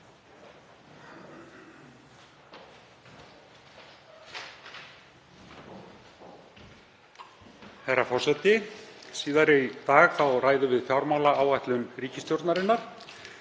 Herra forseti. Síðar í dag ræðum við fjármálaáætlun ríkisstjórnarinnar.